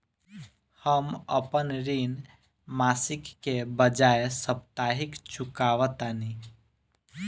हम अपन ऋण मासिक के बजाय साप्ताहिक चुकावतानी